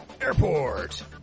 Airport